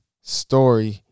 story